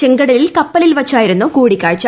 ചെങ്കടലിൽ കപ്പലിൽ വച്ചായിരുന്നു കൂടിക്കാഴ്ച